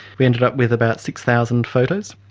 we ended up with about six thousand photos,